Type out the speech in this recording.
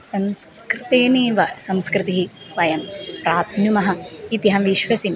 संस्कृतेनैव संस्कृतिः वयं प्राप्नुमः इति अहं विश्वसिमि